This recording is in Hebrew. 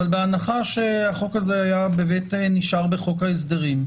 אבל בהנחה שהחוק הזה היה נשאר בחוק ההסדרים,